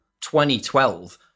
2012